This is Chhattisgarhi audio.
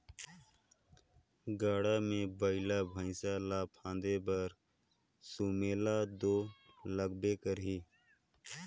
गाड़ा मे बइला भइसा ल फादे बर सुमेला दो लागबे करही